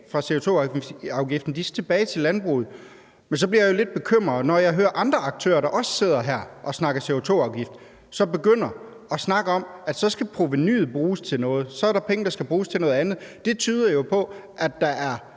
for CO2-afgiften skal tilbage til landbruget, men så bliver jeg jo lidt bekymret, når jeg hører andre aktører, der også sidder her og snakker CO2-afgift, altså når de begynder at snakke om, at så skal provenuet bruges til noget. Så er der penge, der skal bruges til noget andet. Det tyder jo på, at der i